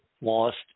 lost